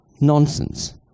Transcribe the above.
nonsense